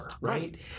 Right